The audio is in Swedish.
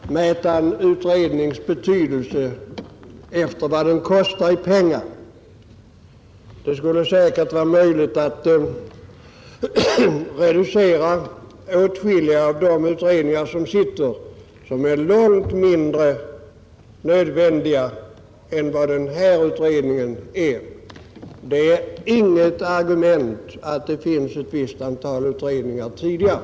Herr talman! Jag tycker inte att man skall mäta en utrednings betydelse efter vad den kostar i pengar. Det skulle säkert vara möjligt att reducera åtskilliga av de utredningar som pågår och som är långt mindre nödvändiga än vad denna utredning är. Det är inget argument att det finns ett visst antal utredningar tidigare.